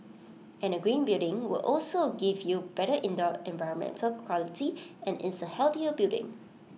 and A green building will also give you better indoor environmental quality and is A healthier building